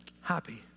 happy